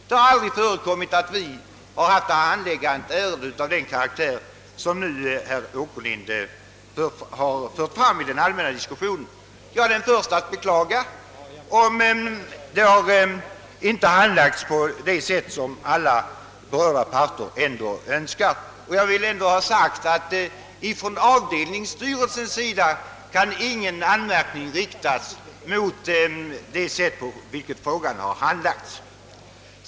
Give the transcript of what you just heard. Jag är den förste att beklaga om i det aktuella fallet ärendet inte har handlagts på det sätt som alla berörda parter ändå önskar. Mot avdelningsstyrelsen kan ingen anmärkning riktas mot det sätt varpå frågan har handlagts.